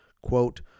Quote